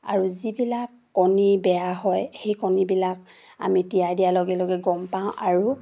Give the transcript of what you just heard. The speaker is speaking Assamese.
আৰু যিবিলাক কণী বেয়া হয় সেই কণীবিলাক আমি তিয়াই দিয়াৰ লগে লগে গম পাওঁ আৰু